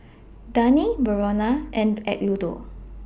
Dagny Verona and Eduardo